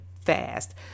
fast